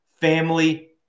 family